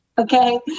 Okay